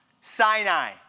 Sinai